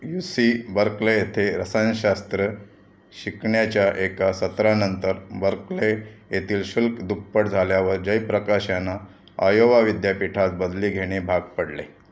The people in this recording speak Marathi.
यु सी बर्कले येथे रसायनशास्त्र शिकण्याच्या एका सत्रानंतर बर्कले येतील शुल्क दुप्पट झाल्यावर जय प्रकाश यांना आयोवा विद्यापीठात बदली घेणे भाग पडले